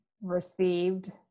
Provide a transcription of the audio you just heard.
received